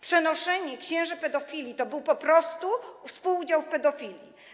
Przenoszenie księży pedofili to był po prostu współudział w pedofilii.